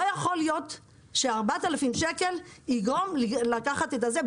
לא יכול להיות ש-4,000 שקל יגרום לקחת את זה,